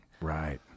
right